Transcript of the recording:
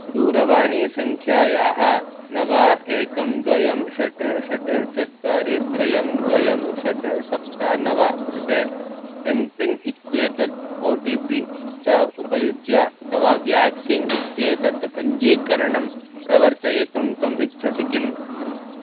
दूरवाणीसङ्ख्यायाः नव एकं द्वयं षट् षट् चत्वारि त्रयं द्वयं षट् सप्त नव कृते एम्पिन् इत्येतत् ओ टि पि च उपयुज्य तव व्याक्सीन् इत्येतत् पञ्जीकरणं प्रवर्तयितुं त्वम् इच्छसि किम्